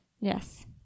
Yes